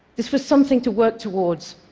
this was something to work towards.